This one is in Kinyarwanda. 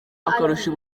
akarusho